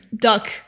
Duck